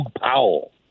Powell